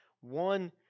One